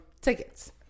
tickets